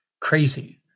crazy